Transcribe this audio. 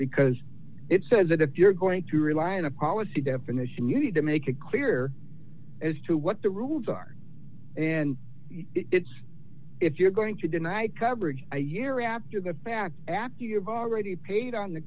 because it says that if you're going to rely in a policy definition you need to make it clear as to what the rules are and it's if you're going to deny coverage a year after the fact after you've already paid on the